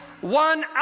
one